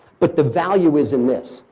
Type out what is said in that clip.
but the value is in this.